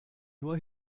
nur